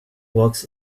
walks